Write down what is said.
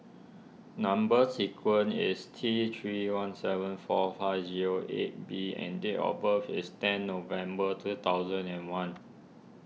Number Sequence is T three one seven four five zero eight B and date of birth is ten November two thousand and one